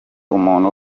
umuntu